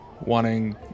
wanting